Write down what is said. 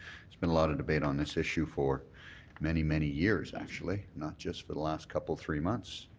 it's been a lot of debate on this issue for many, many years, actually. not just for the last couple, three months.